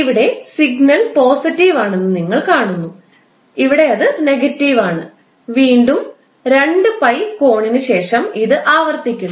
ഇവിടെ signal positive ആണെന്ന് നിങ്ങൾ കാണുന്നു ഇവിടെ അത് നെഗറ്റീവ് ആണ് വീണ്ടും 2𝜋 കോണിന് ശേഷം ഇത് ആവർത്തിക്കുന്നു